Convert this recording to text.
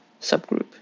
subgroup